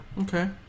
Okay